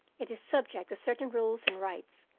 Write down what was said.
it is subject to certain rules and rites,